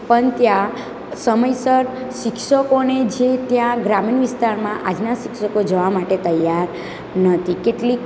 પણ ત્યાં સમયસર શિક્ષકોને જે ત્યાં ગ્રામીણ વિસ્તારમાં આજના શિક્ષકો જવા માટે તૈયાર નથી કેટલી